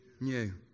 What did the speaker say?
new